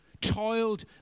toiled